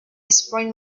sprained